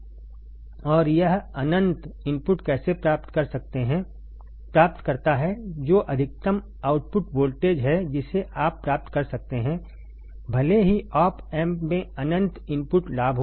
और यह अनंत इनपुट कैसे प्राप्त करता है जो अधिकतम आउटपुट वोल्टेज है जिसे आप प्राप्त कर सकते हैं भले ही ऑप एम्प में अनंत इनपुट लाभ हो